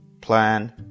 plan